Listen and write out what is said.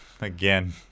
Again